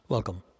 Welcome